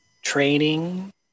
Training